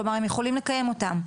כלומר הם יכולים לקיים אותו.